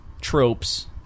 tropes